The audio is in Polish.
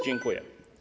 Dziękuję.